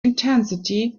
intensity